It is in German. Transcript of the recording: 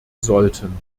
sollten